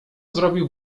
zrobił